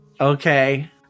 Okay